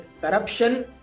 corruption